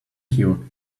you